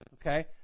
okay